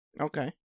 Okay